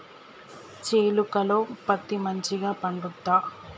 చేలుక లో పత్తి మంచిగా పండుద్దా?